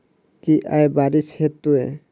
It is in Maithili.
की आय बारिश हेतै?